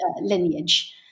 lineage